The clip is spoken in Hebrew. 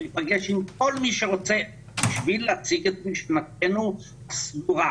להיפגש עם כל מי שרוצה בשביל להציג את משנתנו הסדורה.